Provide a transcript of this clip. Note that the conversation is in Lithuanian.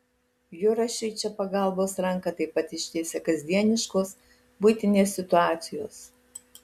jurašiui čia pagalbos ranką taip pat ištiesia kasdieniškos buitinės situacijos